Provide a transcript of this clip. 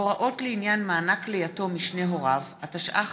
הוראות לעניין מענק ליתום משני הוריו), התשע"ח